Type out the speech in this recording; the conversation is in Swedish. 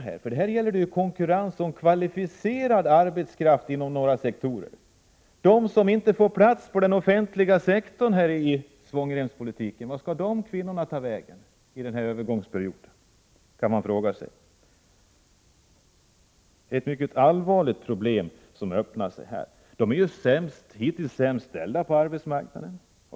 Här Tisdagen den gäller det konkurrens om kvalificerad arbetskraft inom några sektorer. Vart 28 maj 1985 skall de kvinnor som på grund av svångremspolitiken inte får plats inom den offentliga sektorn, vart skall de kvinnorna ta vägen under övergångsperio 9 ; d q SN Kvinnornas villkor den) Det kan man Saga sig. Det är et säycket allvarligt problem som visar sig påarbetsmarknahär. Dessa kvinnor är de hittills sämst ställda på arbetsmarknaden.